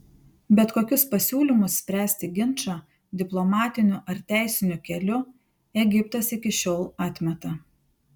bet kokius pasiūlymus spręsti ginčą diplomatiniu ar teisiniu keliu egiptas iki šiol atmeta